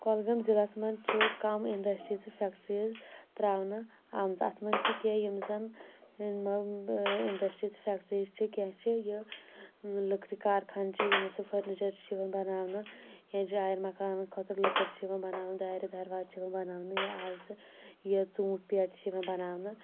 کۄلگٲمۍ ضِلَعس منٛز چھِ کَم انڈسٹریز تہٕ فٮ۪کٹریٖز تراونہٕ آمژٕ اَتھ منٛز چھِ کیٚنٛہہ یِم زَن مطلب انڈسٹریز تہٕ فٮ۪کریٖز چھِ کیٚنٛہہ چھِ یہِ لٔکرِ کارخان چہِ یِمو سۭتۍ فٔرنِیچر چھُ یِوان بَناونہٕ یا جاین مکانن خٲطرٕ لٔکٕر چھِ یِوان بَناونہٕ دارِ دروازٕ چھِ یِوان بَناونہٕ یا آزٕ یہِ ژوٗنٛٹھۍ پیٹہِ چھِ یِوان بَناونہٕ